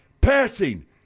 Passing